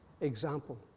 example